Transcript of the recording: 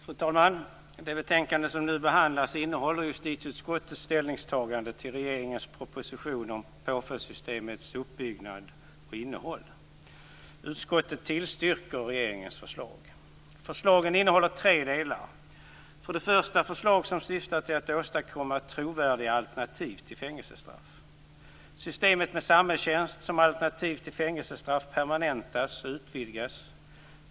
Fru talman! Det betänkande som nu behandlas innehåller justitieutskottets ställningstagande till regeringens proposition om påföljdssystemets uppbyggnad och innehåll. Utskottet tillstyrker regeringens förslag. Förslagen innehåller tre delar. För det första är det förslag som syftar till att åstadkomma trovärdiga alternativ till fängelsestraff. Systemet med samhällstjänst som alternativ till fängelsestraff permanentas och utvidgas.